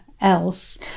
else